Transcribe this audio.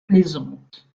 plaisante